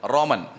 Roman